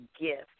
gift